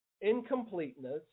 incompleteness